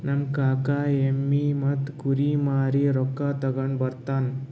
ನಮ್ ಕಾಕಾ ಎಮ್ಮಿ ಮತ್ತ ಕುರಿ ಮಾರಿ ರೊಕ್ಕಾ ತಗೊಂಡ್ ಬರ್ತಾನ್